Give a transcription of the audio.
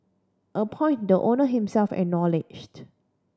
a point the owner himself acknowledged